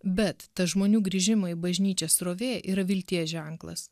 bet ta žmonių grįžimo į bažnyčią srovė yra vilties ženklas